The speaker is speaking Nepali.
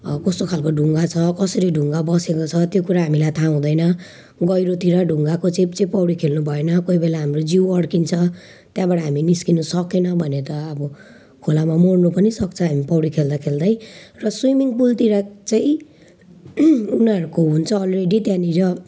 कस्तो खालको ढुङ्गा छ कसरी ढुङ्गा बसेको छ त्यो कुरा हामी थाह हुँदैन गहिरोतिर ढुङ्गाको चेपचेप पौडी खेल्नु भएन कोही बेला हाम्रो जिउ अड्किन्छ त्यहाँबाट हामी निस्किनु सकेनौँ भने त अब खेलामा मर्नु पनि सक्छ हामी पौडी खेल्दा खेल्दै है र स्विमिङ पुलतिर चाहिँ उनीहरूको हुन्छ अलरेडी त्यहाँनिर